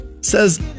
says